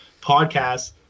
podcast